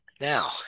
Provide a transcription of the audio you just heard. Now